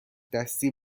دستی